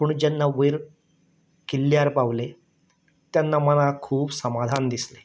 पूण जेन्ना वयर किल्ल्यार पावले तेन्ना मनाक खूब समाधान दिसलें